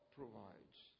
provides